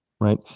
Right